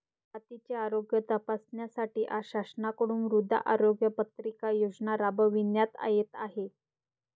मातीचे आरोग्य तपासण्यासाठी शासनाकडून मृदा आरोग्य पत्रिका योजना राबविण्यात येत आहे